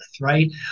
right